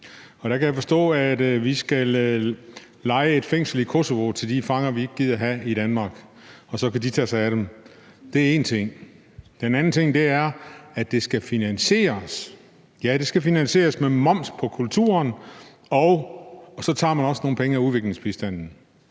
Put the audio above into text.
Der kan jeg forstå, at vi skal leje et fængsel i Kosovo til de fanger, vi ikke gider have i Danmark, og så kan de tage sig af dem. Det er en ting. En anden ting er, at det skal finansieres med moms på kulturen, og så tager man også nogle penge fra udviklingsbistanden.